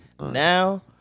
Now